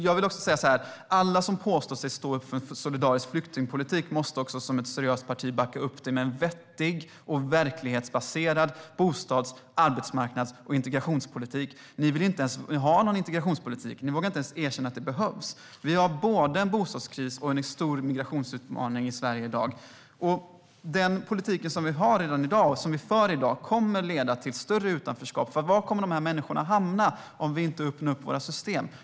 Jag vill också säga att alla som påstår sig stå upp för en solidarisk flyktingpolitik som seriöst parti måste backa upp det med en vettig och verklighetsbaserad bostads, arbetsmarknads och integrationspolitik. Ni vill inte ens ha någon integrationspolitik. Ni vågar inte ens erkänna att det behövs. Vi har både en bostadskris och en stor migrationsutmaning i Sverige i dag. Den politik som vi redan har och som vi för i dag kommer att leda till större utanförskap. För var kommer dessa människor att hamna om vi inte öppnar upp våra system?